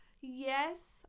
Yes